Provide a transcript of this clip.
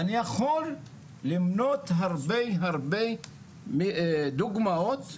ואני יכול למנות הרבה הרבה דוגמאות כאלה.